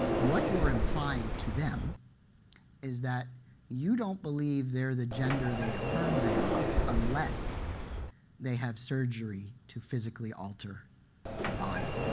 what you're implying to them is that you don't believe they're the gender they affirm they are unless they have surgery to physically alter alter their body.